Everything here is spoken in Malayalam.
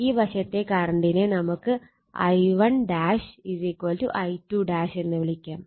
ഈ വശത്തെ കറണ്ടിനെ നമുക്ക് I1 I2 എന്ന് വിളിക്കാം